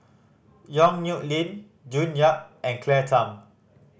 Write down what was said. Yong Nyuk Lin June Yap and Claire Tham